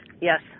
Yes